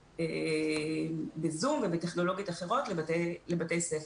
בזום ובטכנולוגיות אחרות לבתי ספר.